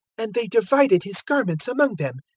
and they divided his garments among them,